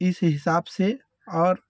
इस हिसाब से और